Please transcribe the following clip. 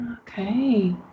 Okay